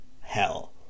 hell